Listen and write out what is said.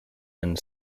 and